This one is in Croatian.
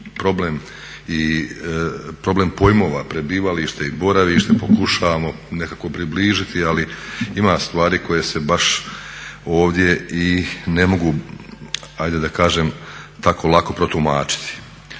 Problem pojmova prebivalište i boravište pokušavamo nekako približiti, ali ima stvari koje se baš ovdje i ne mogu hajde da kažem tako lako protumačiti.